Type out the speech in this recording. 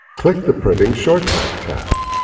click the printing shortcut tab.